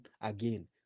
again